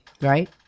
Right